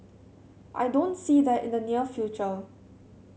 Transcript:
I don't see that in the near future